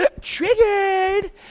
triggered